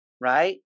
right